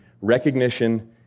recognition